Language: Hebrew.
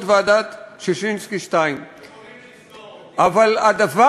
ועדת ששינסקי 2. הם אמורים לסגור,